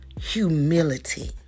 humility